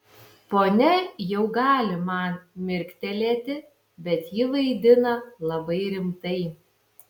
ponia jau gali man mirktelėti bet ji vaidina labai rimtai